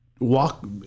walk